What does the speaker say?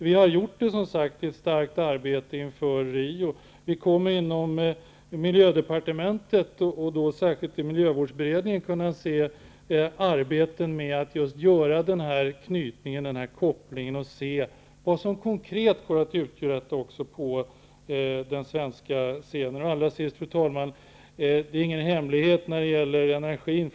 Vi har gjort det i ett omfattande arbete inför Riokonferensen. I miljödepartementet, särskilt i miljövårdsberedningen, kommer man att arbeta för att visa denna koppling och se konkret vad som går att uträtta på den svenska scenen. Fru talman! Jag återvänder till frågan om energin.